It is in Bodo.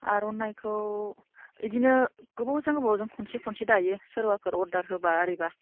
आरनाइखौ बिदिनो गोबावजों गोबावजों खनसे खनसे दायो सोरबाफोर अरदार होबा आरिबा